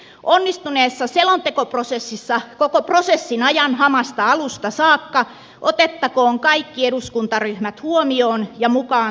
onnistuneessa selontekoprosessissa koko prosessin ajan hamasta alusta saakka otettakoon kaikki eduskuntaryhmät huomioon ja mukaan työhön